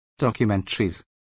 documentaries